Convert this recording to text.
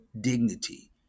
dignity